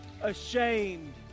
ashamed